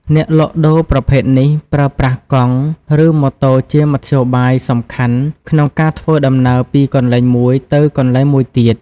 អ្នកលក់ដូរប្រភេទនេះប្រើប្រាស់កង់ ឬម៉ូតូជាមធ្យោបាយសំខាន់ក្នុងការធ្វើដំណើរពីកន្លែងមួយទៅកន្លែងមួយទៀត។